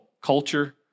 culture